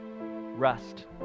rest